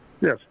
Yes